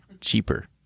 cheaper